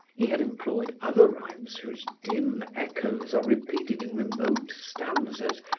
he had employed other rhymes whose dim echoes are repeated in remote stanzas,